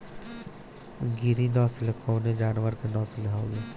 गिरी नश्ल कवने जानवर के नस्ल हयुवे?